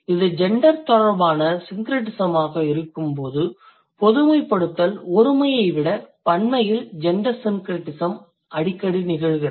இது ஜெண்டர் தொடர்பான syncretismஆக இருக்கும்போது பொதுமைப்படுத்தல் ஒருமையை விட பன்மையில் ஜெண்டர் syncretism அடிக்கடி நிகழ்கிறது